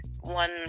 one